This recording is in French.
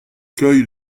cueille